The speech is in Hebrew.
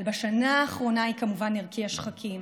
אבל בשנה האחרונה היא כמובן הרקיעה שחקים,